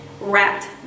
wrapped